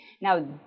Now